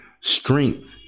strength